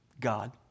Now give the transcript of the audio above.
God